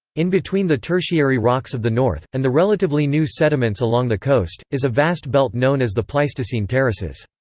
in between the tertiary rocks of the north, and the relatively new sediments along the coast, is a vast belt known as the pleistocene terraces.